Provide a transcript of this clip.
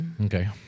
okay